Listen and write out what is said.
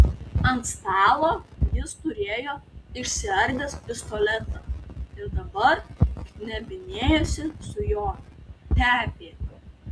ant stalo jis turėjo išsiardęs pistoletą ir dabar knebinėjosi su juo tepė